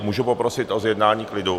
Můžu poprosit o zjednání klidu?